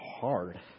hard